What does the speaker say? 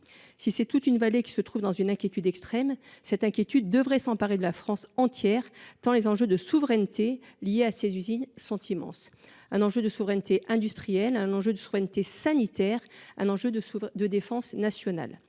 C’est toute une vallée qui se trouve dans un état d’inquiétude extrême. Cette inquiétude devrait s’emparer de la France entière, tant les enjeux de souveraineté liés à ces usines sont immenses : enjeu de souveraineté industrielle, enjeu de souveraineté sanitaire, enjeu de défense nationale.